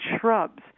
shrubs